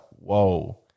whoa